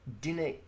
dinner